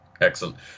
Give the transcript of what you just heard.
Excellent